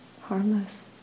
harmless